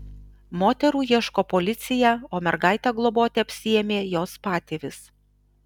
moterų ieško policija o mergaitę globoti apsiėmė jos patėvis